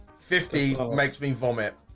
fifty what makes me format.